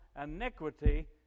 iniquity